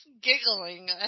giggling